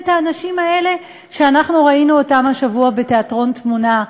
את האנשים האלה שראינו השבוע בתיאטרון "תמונע"